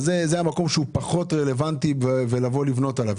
אז זה המקום שהוא פחות רלוונטי לבוא לבנות עליו.